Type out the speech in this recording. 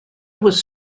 was